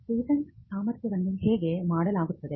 patent ಸಾಮರ್ಥ್ಯವನ್ನು ಹೇಗೆ ಮಾಡಲಾಗುತ್ತದೆ